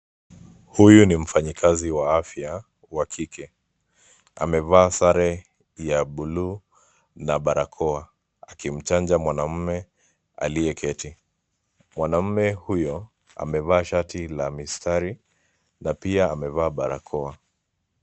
Huyu ni mfanyikazi wa afya wa kike, amevaa sare ya blue na barakoa akimchanja mwanaume aliyeketi, mwanaume huyo amevaa shati la mistari na pia amevaa barakoa.